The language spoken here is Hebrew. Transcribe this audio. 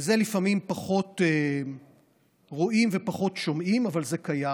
ואת זה לפעמים פחות רואים ופחות שומעים אבל זה קיים.